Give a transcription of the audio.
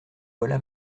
voilà